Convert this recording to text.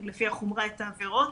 לפי החומרה את העבירות,